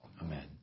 Amen